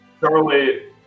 Charlie